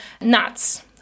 nuts